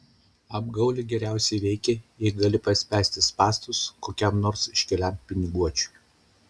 apgaulė geriausiai veikia jei gali paspęsti spąstus kokiam nors iškiliam piniguočiui